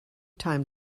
time